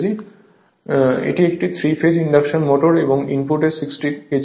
ওয়াট1542 পড়ুন slide time একটি 3 phase induction motor এর ইনপুট 60 কেজি হয়